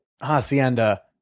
Hacienda